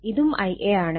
ഇതും Ia ആണ്